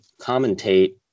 commentate